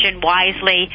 wisely